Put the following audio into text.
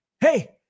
hey